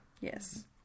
Yes